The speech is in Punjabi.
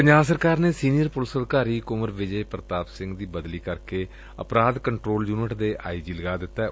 ਪੰਜਾਬ ਸਰਕਾਰ ਨੇ ਸੀਨੀਅਰ ਪੁਲਿਸ ਅਧਿਕਾਰੀ ਕੁੰਵਰ ਵਿਜੈ ਪ੍ਰਤਾਪ ਸਿੰਘ ਦੀ ਬਦਲੀ ਕਰਕੇ ਅਪਰਾਧ ਕੰਟਰੋਲ ਯੂਨਿਟ ਦੇ ਆਈ ਜੀ ਲਗਾ ਦਿੱਤੈ